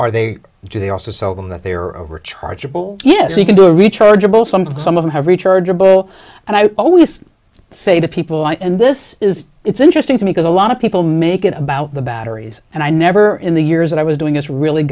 are they do they also sell them that they are over chargeable yes you can do a rechargeable some some of them have rechargeable and i always say to people and this is it's interesting to me because a lot of people make it about the batteries and i never in the years that i was doing this really